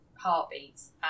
heartbeats